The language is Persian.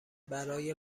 برای